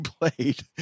played